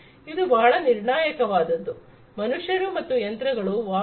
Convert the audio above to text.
ಇದು ಬಹಳ ನಿರ್ಣಾಯಕ ವಾದದ್ದು ಮನುಷ್ಯರು ಮತ್ತು ಯಂತ್ರಗಳ ವಾಹನ